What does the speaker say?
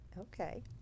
Okay